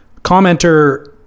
Commenter